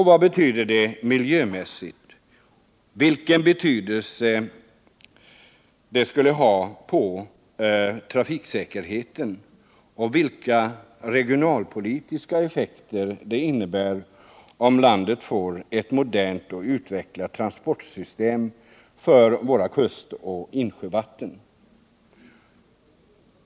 Vad betyder det miljömässigt? Vilken betydelse skulle det ha på trafiksäkerheten, och vilka regionalpolitiska effekter innebär det om landet får ett modernt och välutvecklat transportsystem för våra kustoch insjövatten?